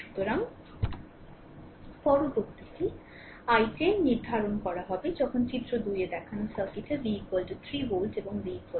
সুতরাং পরবর্তীটি i0 নির্ধারণ করা হবে যখন চিত্র 2 এ দেখানো সার্কিটের v 3 ভোল্ট এবং v 6 ভোল্ট